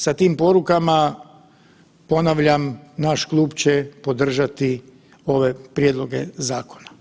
Sa tim porukama, ponavljam, naš klub će podržati ove prijedloge zakona.